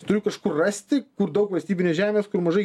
turiu kažkur rasti kur daug valstybinės žemės kur mažai